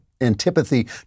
antipathy